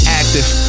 active